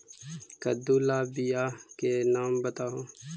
कददु ला बियाह के नाम बताहु?